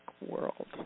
world